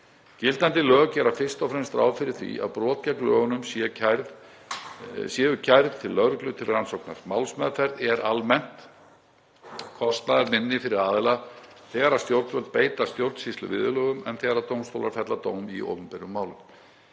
Gildandi lög gera fyrst og fremst ráð fyrir því að brot gegn lögunum séu kærð til lögreglu til rannsóknar. Málsmeðferð er almennt kostnaðarminni fyrir aðila þegar stjórnvöld beita stjórnsýsluviðurlögum en þegar dómstólar fella dóm í opinberum málum.